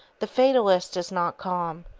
the fatalist is not calm.